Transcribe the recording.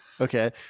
Okay